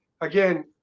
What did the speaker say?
again